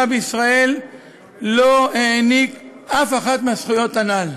בישראל לא העניק אף אחת מהזכויות הנ"ל.